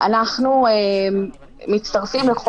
אנחנו חושבים שדווקא על מפקחי הרשויות המקומיות,